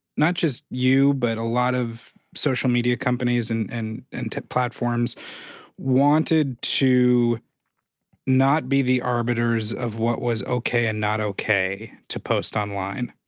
not just you but a lot of social media companies and and and platforms wanted to not be the arbiters of what was okay and not okay to post online.